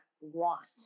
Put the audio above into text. want